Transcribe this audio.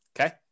Okay